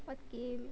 what game